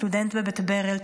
סטודנט בבית ברל,